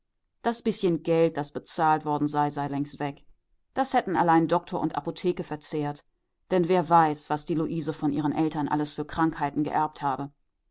das bißchen geld das bezahlt worden sei sei längst weg das hätten allein doktor und apotheke verzehrt denn wer weiß was die luise von ihren eltern alles für krankheiten geerbt habe